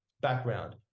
background